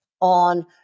on